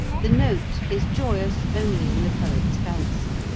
the note is joyous only in the poet's fancy,